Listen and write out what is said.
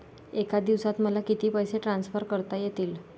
एका दिवसात मला किती पैसे ट्रान्सफर करता येतील?